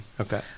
okay